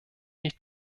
nicht